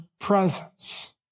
presence